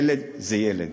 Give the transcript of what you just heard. ילד זה ילד.